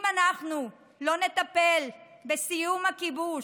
אם אנחנו לא נטפל בסיום הכיבוש,